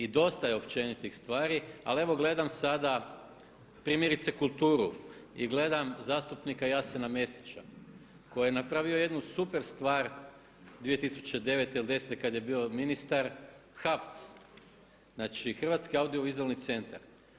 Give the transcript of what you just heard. I dosta je općenitih stvari ali evo gledam sada primjerice kulturu i gledam zastupnika Jasena Mesića koji je napravio jednu super stvar 2009. ili '10. kada je bio ministar HAVC, znači Hrvatski audiovizualni centar.